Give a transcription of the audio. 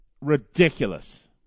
ridiculous